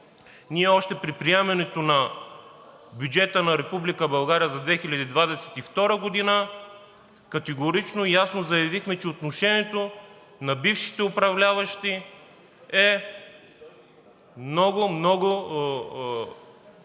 Ние още при приемането на бюджета на Република България за 2022 г. категорично и ясно заявихме, че отношението на бившите управляващи е много, много